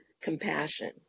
compassion